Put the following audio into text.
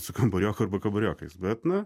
su kambarioku arba kambariokais bet na